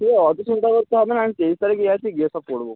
ঠিক আছে অত চিন্তা করতে হবে না আমি তেইশ তারিখে যাচ্ছি গিয়ে সব করবো খনে